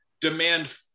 demand